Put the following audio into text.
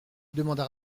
demanda